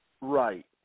Right